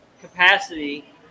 capacity